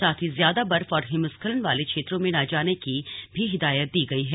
साथ ही ज्यादा बर्फ और हिमस्खलन वाले क्षेत्रों में न जाने की भी हिदायत दी गई है